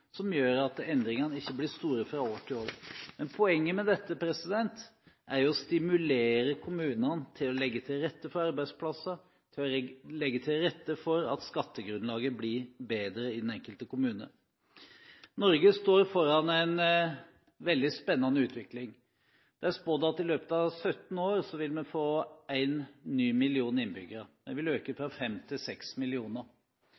som gjør at endringene ikke blir store fra år til år. Poenget med dette er å stimulere kommunene til å legge til rette for arbeidsplasser og legge til rette for at skattegrunnlaget blir bedre i den enkelte kommune. Norge står foran en veldig spennende utvikling. Det er spådd at vi i løpet av 17 år vil få en million nye innbyggere – tallet vil øke